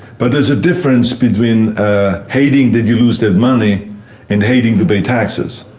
but there's a difference between ah hating that you lose that money and hating to pay taxes.